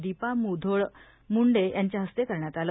दीपा मुद्योळ मुंडे यांच्या हस्ते करण्यात आलं